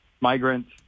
migrants